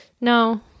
No